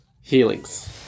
healings